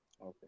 okay